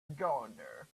gardener